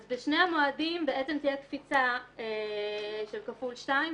אז בשני המועדים בעצם תהיה קפיצה של כפול שתיים,